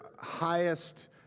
highest